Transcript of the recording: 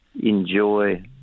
enjoy